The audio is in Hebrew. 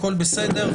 הכול בסדר,